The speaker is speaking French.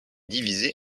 divisé